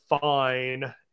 fine